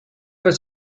was